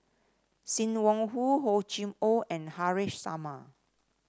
Sim Wong Hoo Hor Chim Or and Haresh Sharma